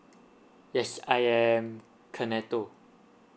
yes I am kenato